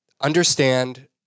understand